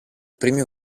premio